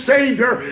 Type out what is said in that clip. Savior